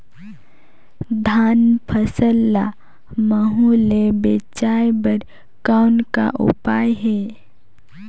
धान फसल ल महू ले बचाय बर कौन का उपाय हे?